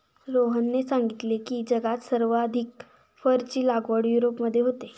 रोहनने सांगितले की, जगात सर्वाधिक फरची लागवड युरोपमध्ये होते